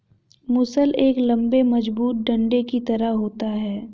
मूसल एक लम्बे मजबूत डंडे की तरह होता है